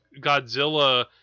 Godzilla